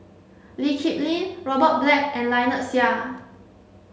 Lee Kip Lin Robert Black and Lynnette Seah